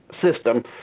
system